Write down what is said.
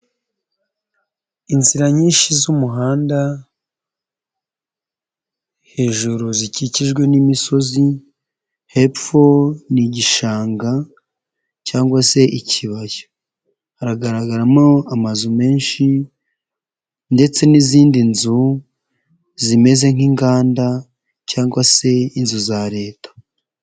Inzira nyinshi z'umuhanda hejuru zikikijwe n'imisozi hepfo ni igishanga cyangwa se ikibaya, haragaragaramo amazu menshi ndetse n'izindi nzu zimeze nk'inganda cyangwa se inzu za Leta.